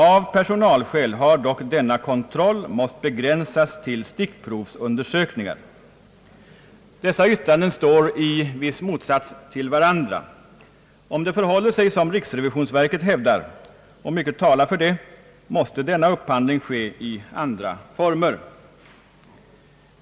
Av personalskäl har dock denna kontroll måst begränsas till stickprovsundersökningar. Dessa yttranden står i viss motsats till varandra. Om det förhåller sig som riksrevisionsverket hävdar — och mycket talar för det — måste denna upphandling ske i andra former.